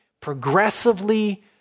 progressively